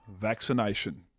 vaccination